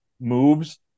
moves